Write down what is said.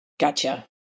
Gotcha